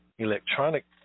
electronic